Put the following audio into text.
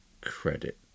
credit